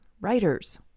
writers